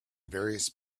various